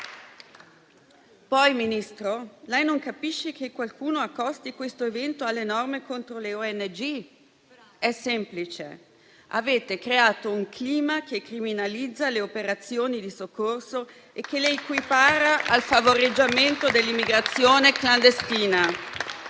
Poi, Ministro, lei non capisce che qualcuno accosti questo evento alle norme contro le ONG? È semplice: avete creato un clima che criminalizza le operazioni di soccorso, le equipara al favoreggiamento dell'immigrazione clandestina